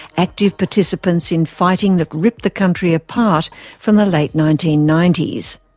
active participants in fighting that ripped the country apart from the late nineteen ninety s.